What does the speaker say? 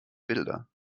bilder